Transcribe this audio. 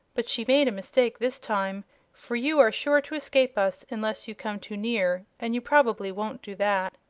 but she made a mistake this time for you are sure to escape us unless you come too near, and you probably won't do that.